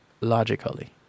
logically